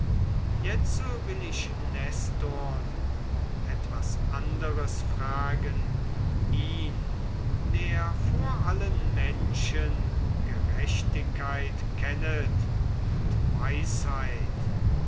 jetzo will ich nestorn um etwas anderes fragen ihn der vor allen menschen gerechtigkeit kennet und weisheit